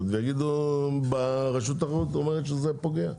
ויגידו רשות התחרות אומרת שזה פוגע,